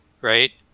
right